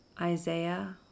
Isaiah